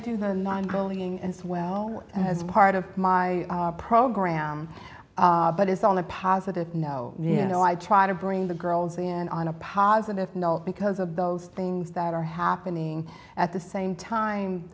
calling as well as part of my program but it's on the positive no you know i try to bring the girls in on a positive note because of those things that are happening at the same time